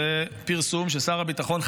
זה פרסום של שר הביטחון.